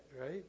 right